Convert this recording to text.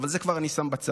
אבל את זה אני כבר שם בצד.